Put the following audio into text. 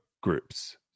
groups